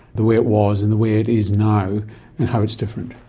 the way it was and the way it is now and how it's different.